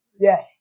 Yes